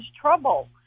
trouble